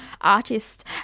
artist